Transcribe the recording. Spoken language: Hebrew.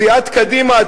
סיעת קדימה,